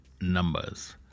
numbers